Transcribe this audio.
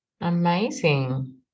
Amazing